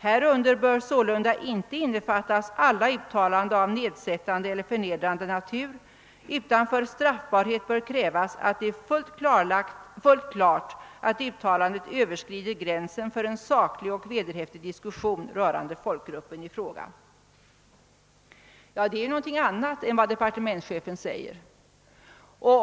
Härunder bör sålunda inte innefattas alla uttalanden av nedsättande eller förnedrande natur utan för straffbarhet bör krävas att det är fullt klart att uttalandet överskrider gränsen för en saklig och vederhäftig diskussion rörande folkgruppen i fråga.» Det är någonting annat än vad departementschefen säger.